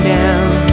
down